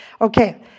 Okay